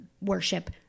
worship